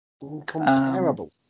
incomparable